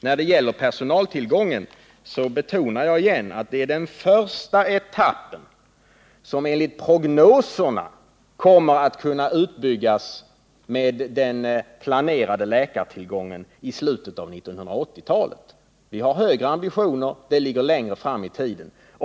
När det gäller personaltillgången betonar jag igen att det är den första etappen, som enligt prognoserna kommer att kunna utbyggas med den planerade läkartillgången i slutet av 1980-talet. Vi har högre ambitioner, men de ligger längre fram i tiden.